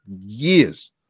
years